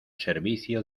servicio